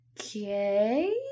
okay